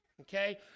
okay